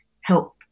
help